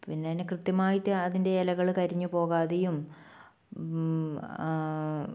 പിന്നെ അതിന് കൃത്യമായിട്ട് അതിൻ്റെ ഇലകൾ കരിഞ്ഞു പോകാതെയും